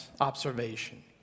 observation